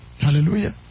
hallelujah